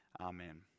Amen